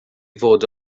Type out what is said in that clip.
fod